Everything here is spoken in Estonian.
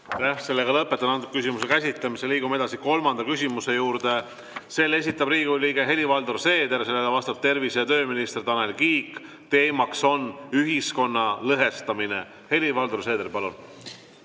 Lõpetan selle küsimuse käsitlemise. Liigume edasi kolmanda küsimuse juurde. Selle esitab Riigikogu liige Helir-Valdor Seeder, sellele vastab tervise- ja tööminister Tanel Kiik. Teema on ühiskonna lõhestamine. Helir-Valdor Seeder, palun!